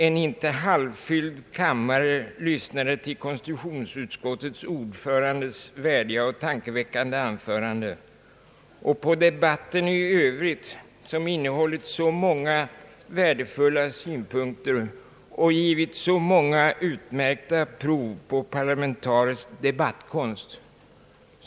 En inte halvfylld kammare lyssnade till konstitutionsutskottets ordförandes värdiga och tankeväckande anförande och på debatten i övrigt, som innehållit så många värdefulla synpunkter och givit så många utmärkta prov på parlamentarisk debattkonst.